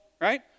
right